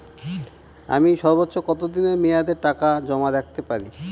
আমি সর্বোচ্চ কতদিনের মেয়াদে টাকা জমা রাখতে পারি?